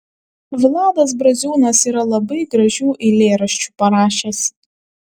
vladas braziūnas yra labai gražių eilėraščių parašęs